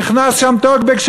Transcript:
נכנס שם טוקבק,